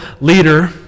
leader